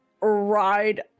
ride